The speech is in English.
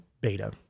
beta